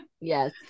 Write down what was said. Yes